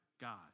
God